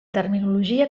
terminologia